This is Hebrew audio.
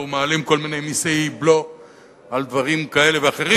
ומעלים כל מיני מסי בלו על דברים כאלה ואחרים,